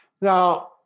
Now